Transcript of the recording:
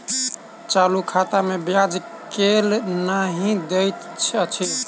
चालू खाता मे ब्याज केल नहि दैत अछि